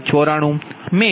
1438 j0